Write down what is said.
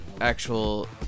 actual